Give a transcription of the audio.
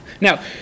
Now